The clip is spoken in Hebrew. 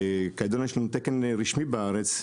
כידוע יש לנו תקן רשמי בארץ,